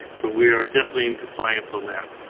so we are definitely in compliance on that.